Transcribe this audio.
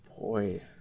Boy